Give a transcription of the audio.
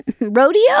rodeo